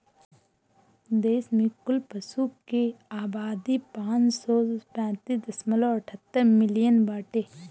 देश में कुल पशु के आबादी पाँच सौ पैंतीस दशमलव अठहत्तर मिलियन बाटे